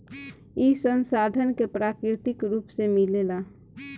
ई संसाधन के प्राकृतिक रुप से मिलेला